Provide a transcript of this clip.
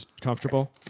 comfortable